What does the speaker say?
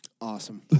Awesome